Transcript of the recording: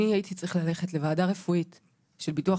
אני הייתי צריך ללכת לוועדה רפואית של ביטוח